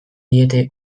diete